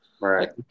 right